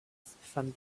from